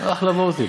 אחלה וורט זה.